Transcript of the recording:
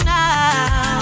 now